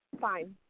fine